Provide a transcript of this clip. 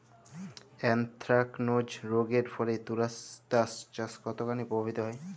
Anthracnose রোগ এর ফলে তুলাচাষ কতখানি প্রভাবিত হয়?